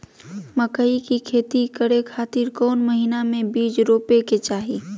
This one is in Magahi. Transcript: मकई के खेती करें खातिर कौन महीना में बीज रोपे के चाही?